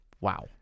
Wow